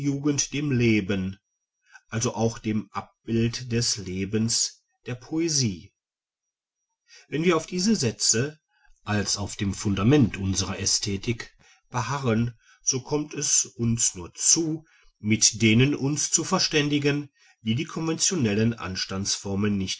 dem leben also auch dem abbild des lebens der poesie wenn wir auf diese sätze als auf dem fundament unserer ästhetik beharren so kommt es uns nur zu mit denen uns zu verständigen die die konventionellen anstandsformen nicht